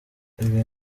ibi